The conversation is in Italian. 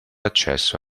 accesso